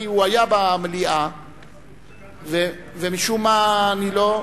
כי הוא היה במליאה ומשום מה אני לא,